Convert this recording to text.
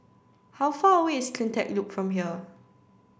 how far away is CleanTech Loop from here